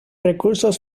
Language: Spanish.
recursos